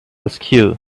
askew